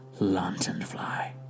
lanternfly